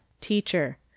Teacher